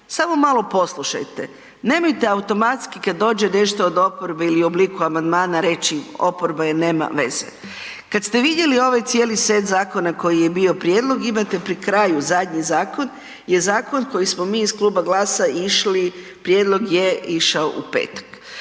samo malo poslušajte, nemojte automatski kad dođe nešto od oporbe ili u obliku amandmana reći oporba je, nema veze. Kad ste vidjeli ovaj cijeli set zakona koji je bio prijedlog, imate pri kraju zadnji zakon je zakon koji smo mi iz Kluba GLAS-a išli, prijedlog je išao u petak.